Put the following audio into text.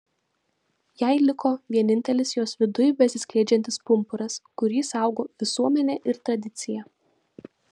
jai liko vienintelis jos viduj besiskleidžiantis pumpuras kurį saugo visuomenė ir tradicija